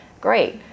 great